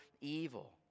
evil